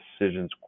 decisions